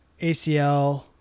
ACL